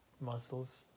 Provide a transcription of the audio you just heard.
muscles